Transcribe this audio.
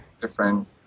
different